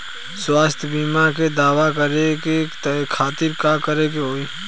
स्वास्थ्य बीमा के दावा करे के खातिर का करे के होई?